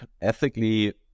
ethically